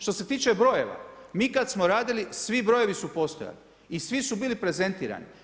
Što se tiče brojeva, mi kad smo radili, svi brojevi su postojali i svi bili prezentirani.